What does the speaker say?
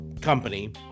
company